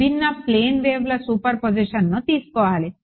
విభిన్న ప్లేన్ వెవ్ల సూపర్పొజిషన్ను తీసుకోవాలి